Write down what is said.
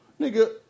Nigga